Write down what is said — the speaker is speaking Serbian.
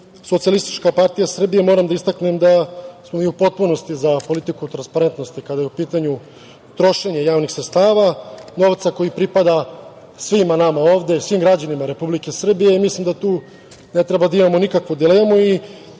Socijalistička partija Srbije moram da istaknem da smo mi u potpunosti za politiku transparentnosti, kada je u pitanju trošenje javnih sredstava, novca koji pripada svima nama ovde, svim građanima Republike Srbije i mislim da tu ne treba da imamo nikakvu dilemu. Zaista